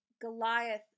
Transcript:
Goliath